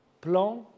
Plan